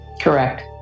Correct